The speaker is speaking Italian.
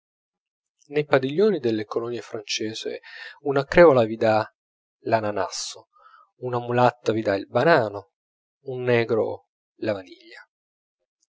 nei padiglioni delle colonie francesi una creola vi dà l'ananasso una mulatta vi dà il banano un negro la vaniglia